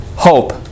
Hope